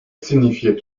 signifiait